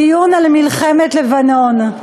דיון על מלחמת לבנון.